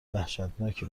وحشتناکی